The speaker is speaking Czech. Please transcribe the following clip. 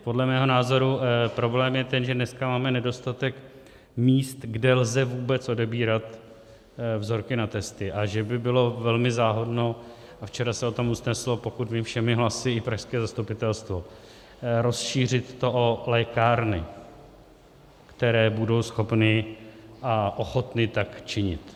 Podle mého názoru problém je ten, že dneska máme nedostatek míst, kde lze vůbec odebírat vzorky na testy, a že by bylo velmi záhodno a včera se o tom usneslo, pokud vím, všemi hlasy i pražské zastupitelstvo rozšířit to o lékárny, které budou schopny a ochotny tak činit.